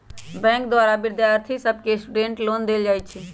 bank द्वारा विद्यार्थि सभके स्टूडेंट लोन देल जाइ छइ